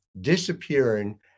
disappearing